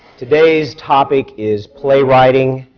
today's topic is playwriting,